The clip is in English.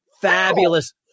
Fabulous